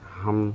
हम